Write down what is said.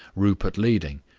rupert leading,